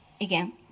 Again